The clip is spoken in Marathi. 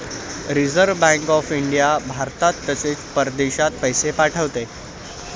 रिझर्व्ह बँक ऑफ इंडिया भारतात तसेच परदेशात पैसे पाठवते